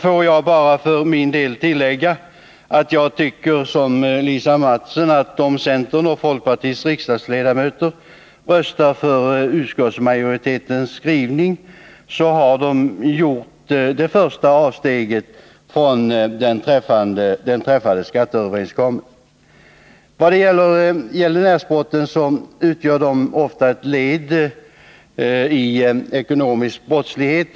Får jag för min del bara tillägga att jag liksom Lisa Mattson tycker, att om centern och folkpartiets riksdagsledamöter röstar för utskottsmajoritetens skrivning, så har de gjort det första avsteget från den träffade skatteöverenskommelsen. Vad beträffar gäldenärsbrotten utgör de ofta ett led i en ekonomisk brottslighet.